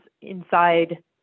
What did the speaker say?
inside